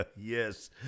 Yes